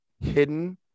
hidden